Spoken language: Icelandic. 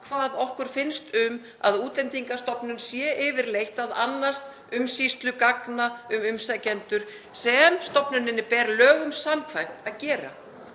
hvað okkur finnst um að Útlendingastofnun sé yfirleitt að annast umsýslu gagna um umsækjendur sem stofnuninni ber lögum samkvæmt að gera